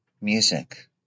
Music